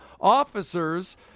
Officers